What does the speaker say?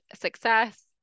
success